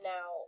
Now